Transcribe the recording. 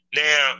now